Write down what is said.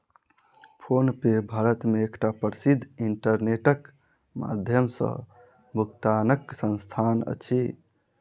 PhonePe Bharat मे एकटा प्रसिद्ध इंटरनेटक माध्यम सॅ भुगतानक संस्थान अछि